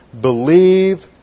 Believe